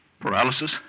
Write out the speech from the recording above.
paralysis